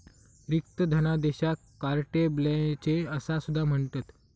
रिक्त धनादेशाक carte blanche असा सुद्धा म्हणतत